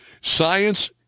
science